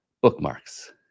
Bookmarks